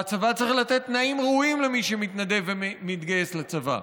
והצבא צריך לתת תנאים ראויים למי שמתנדב ומתגייס לצבא.